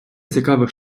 цікавих